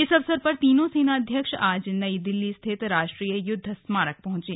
इस अवसर पर तीनों सेनाध्यक्ष आज नई दिल्ली स्थित राष्ट्रीय युद्ध स्मारक पहुँचे